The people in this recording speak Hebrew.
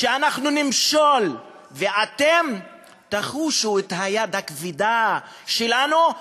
שאנחנו נמשול, ואתם תחושו את היד הכבדה שלנו.